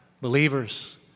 believers